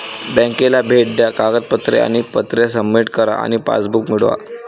बँकेला भेट द्या कागदपत्रे आणि पत्रे सबमिट करा आणि पासबुक मिळवा